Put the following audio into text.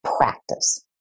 practice